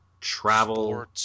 travel